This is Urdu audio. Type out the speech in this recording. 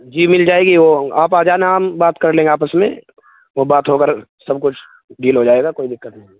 جی مل جائے گی وہ آپ آ جانا ہم بات کر لیں گے آپس میں وہ بات ہو کر سب کچھ ڈیل ہو جائے گا کوئی دقت نہیں ہے